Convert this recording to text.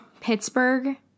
Pittsburgh